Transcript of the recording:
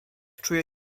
czuje